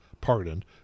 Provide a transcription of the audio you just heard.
pardoned